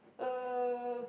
uh